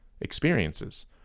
experiences